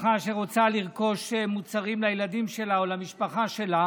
משפחה שרוצה לרכוש מוצרים לילדים שלה או למשפחה שלה